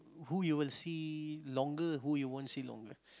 who you will see longer who you won't see longer